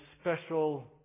special